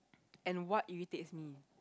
and what irritates me